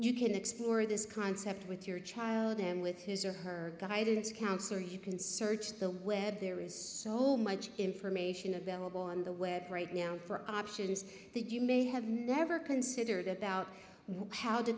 you can explore this concept with your child them with his or her guidance counselor you can search the web there is so much information available on the web right now for options that you may have never considered about how